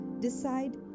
decide